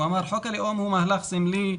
הוא אמר: חוק הלאום הוא מהלך סמלי,